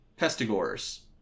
pestigores